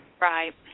Right